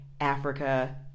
Africa